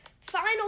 Final